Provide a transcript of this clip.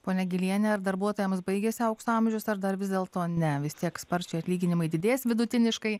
ponia giliene ar darbuotojams baigėsi aukso amžius ar dar vis dėlto ne vis tiek sparčiai atlyginimai didės vidutiniškai